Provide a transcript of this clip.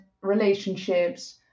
relationships